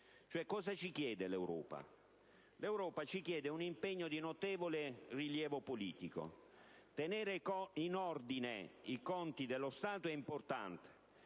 Cosa ci chiede l'Europa? Un impegno di notevole rilievo politico. Tenere in ordine i conti dello Stato è importante,